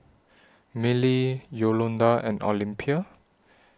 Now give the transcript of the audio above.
Milly Yolonda and Olympia